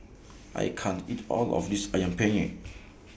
I can't eat All of This Ayam Penyet